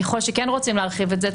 ככל שכן רוצים להרחיב את זה,